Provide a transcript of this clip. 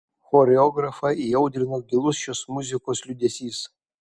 choreografą įaudrino gilus šios muzikos liūdesys